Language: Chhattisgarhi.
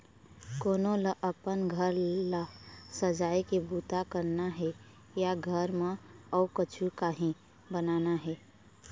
कोनो ल अपन घर ल सजाए के बूता करना हे या घर म अउ कछु काही बनाना हे